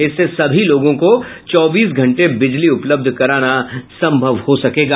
इससे सभी लोगों को चौबीस घंटे बिजली उपलब्ध कराना संभव हो सकेगा